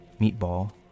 Meatball